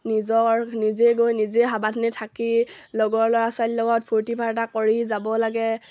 নিজৰ নিজেই গৈ নিজেই সাৱধানে থাকি লগৰ ল'ৰা ছোৱালীৰ লগত ফূৰ্তি ফাৰ্তা কৰি যাব লাগে